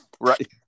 Right